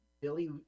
Billy